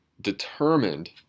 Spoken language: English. determined